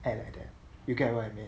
and like that you get what I mean